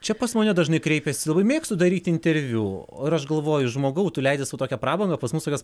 čia pas mane dažnai kreipiasi labai mėgstu daryti interviu ir aš galvoju žmogau tu leidi sau tokią prabangą pas mus tokios